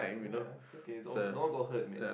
ya it's okay it's all good no one no one got hurt man